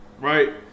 right